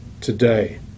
today